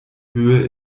höhe